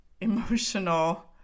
emotional